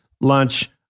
lunch